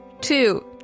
two